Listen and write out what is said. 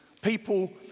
People